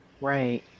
right